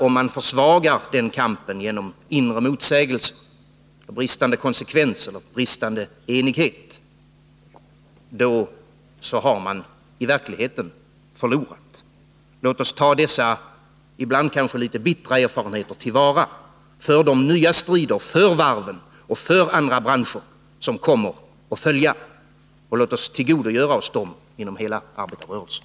Om man försvagar denna kamp genom inre motsägelser, bristande konsekvens eller bristande enighet, då har man i verkligheten förlorat. Låt oss ta dessa ibland kanske litet bittra erfarenheter till vara för de nya strider, för varven och för andra branscher, som kommer att följa! Låt oss tillgodogöra oss dem inom hela arbetarrörelsen!